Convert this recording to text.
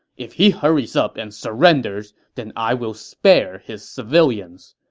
if he hurries up and surrenders, then i will spare his civilians.